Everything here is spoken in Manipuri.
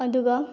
ꯑꯗꯨꯒ